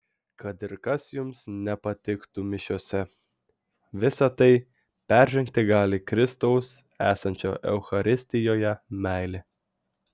kad ir kas jums nepatiktų mišiose visa tai peržengti gali kristaus esančio eucharistijoje meilė